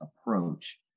approach